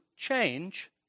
Change